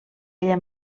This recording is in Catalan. ella